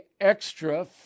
extra